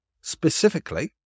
Specifically